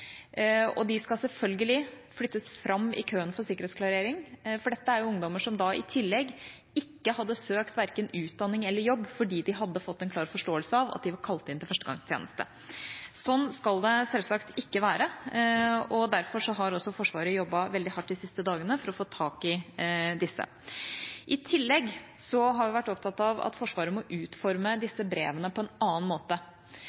alle. De skal selvfølgelig flyttes fram i køen for sikkerhetsklarering. Dette er ungdommer som ikke hadde søkt på verken utdanning eller jobb, fordi de hadde fått en klar forståelse av at de var kalt inn til førstegangstjeneste. Slik skal det selvsagt ikke være. Derfor har Forsvaret jobbet veldig hardt de siste dagene for å få tak i disse. I tillegg har vi vært opptatt av at Forsvaret må utforme disse brevene på en annen måte.